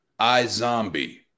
iZombie